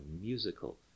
musical